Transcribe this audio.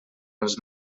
els